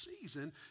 season